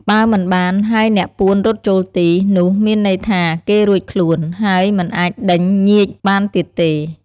បើមិនបាន ហើយអ្នកពួនរត់ចូលទី នោះមានន័យថាគេរួចខ្លួន ហើយមិនអាចដេញញៀចបានទៀតទេ។